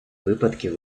випадків